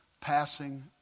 passing